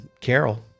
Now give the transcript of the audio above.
Carol